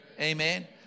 Amen